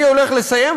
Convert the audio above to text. אני הולך לסיים,